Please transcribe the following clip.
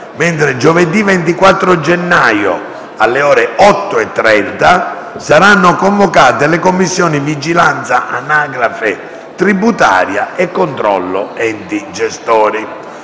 mentre giovedì 24 gennaio, alle ore 8,30, saranno convocate le Commissioni vigilanza anagrafe tributaria e controllo enti gestori.